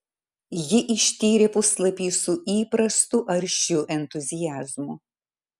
ji ištyrė puslapį su įprastu aršiu entuziazmu